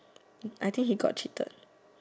I think he got cheated